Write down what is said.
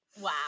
Wow